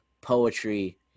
poetry